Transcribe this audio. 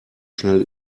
schnell